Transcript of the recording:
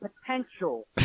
potential